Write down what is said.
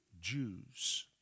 Jews